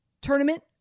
tournament